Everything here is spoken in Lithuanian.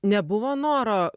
nebuvo noro